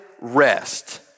rest